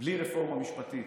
בלי רפורמה משפטית,